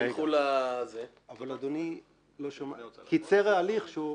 תלכו --- אבל אדוני קיצר את ההליך.